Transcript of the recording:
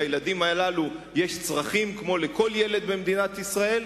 לילדים הללו יש צרכים כמו לכל ילד במדינת ישראל,